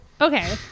okay